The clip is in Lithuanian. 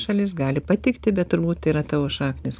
šalis gali patikti bet turbūt tai yra tavo šaknys